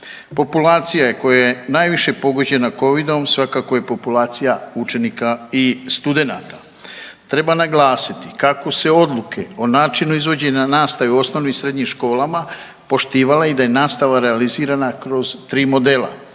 Populacija koja je najviše pogođena Covid-om svakako je populacija učenika i studenata. Treba naglasiti kako se odluke o načinu izvođenja nastave u osnovnim i srednjim školama poštivala i da je nastava realizirana kroz tri modela.